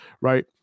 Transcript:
right